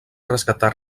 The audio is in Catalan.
rescatar